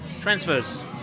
Transfers